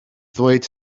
ddweud